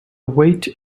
weight